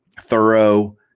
thorough